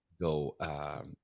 go